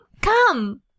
Come